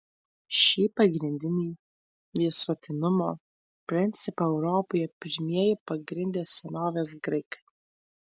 šį pagrindinį visuotinumo principą europoje pirmieji pagrindė senovės graikai